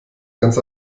ganz